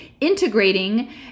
integrating